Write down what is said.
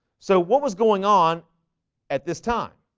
so what was going on at this time?